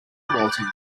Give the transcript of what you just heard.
vaulting